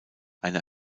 einer